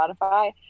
Spotify